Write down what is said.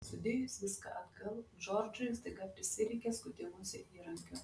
sudėjus viską atgal džordžui staiga prisireikė skutimosi įrankių